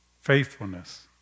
faithfulness